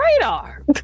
radar